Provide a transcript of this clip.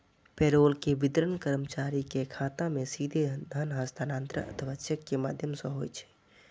payroll के वितरण कर्मचारी के खाता मे सीधे धन हस्तांतरण अथवा चेक के माध्यम सं होइ छै